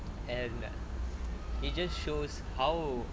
and it just shows how